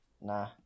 nah